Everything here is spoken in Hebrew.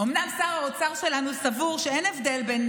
אומנם שר האוצר שלנו סבור שאין הבדל בין